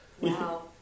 Wow